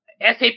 SAP